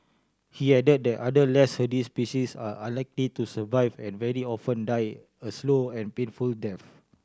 he added that other less hardy species are unlikely to survive and very often die a slow and painful death